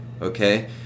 okay